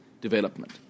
development